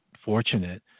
Fortunate